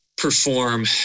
perform